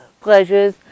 pleasures